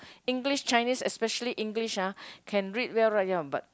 English Chinese especially English ah can read well right ya but